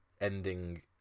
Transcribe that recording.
ending